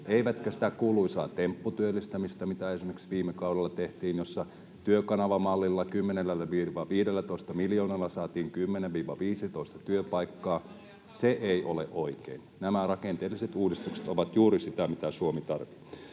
eivätkä sitä kuuluisaa tempputyöllistämistä, mitä esimerkiksi viime kaudella tehtiin, jossa Työkanava-mallilla 10—15 miljoonalla saatiin 10—15 työpaikkaa. [Välihuuto vasemmalta] Se ei ole oikein. Nämä rakenteelliset uudistukset ovat juuri sitä, mitä Suomi tarvitsee.